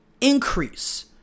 increase